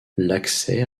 l’accès